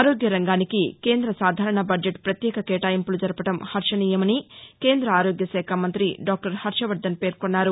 ఆరోగ్యరంగానికి కేంద సాధారణ బద్లెట్ ప్రత్యేక కేటాయింపులు జరపడం హర్షణీయమని కేంద ఆరోగ్యశాఖ మంతి డాక్టర్ హర్షవర్థన్ అన్నారు